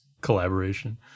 collaboration